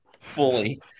fully